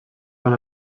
van